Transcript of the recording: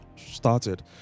started